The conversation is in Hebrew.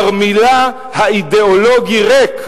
תרמילה האידיאולוגי ריק.